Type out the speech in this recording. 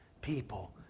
people